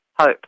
hope